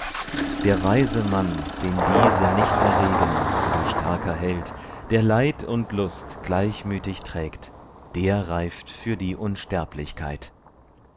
der weise mann den diese nicht erregen o du starker held der leid und lust gleichmütig trägt der reift für die unsterblichkeit